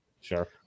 Sure